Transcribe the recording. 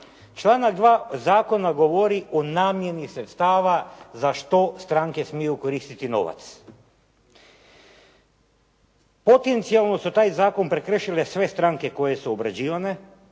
Članak 2. zakona govori o namjeni sredstava za što stranke smiju koristiti novac. Potencijalno su taj zakon prekršile sve stranke koje su obrađivane,